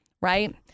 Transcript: right